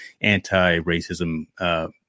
anti-racism